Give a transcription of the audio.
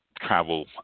travel